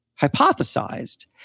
hypothesized